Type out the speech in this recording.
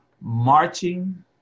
marching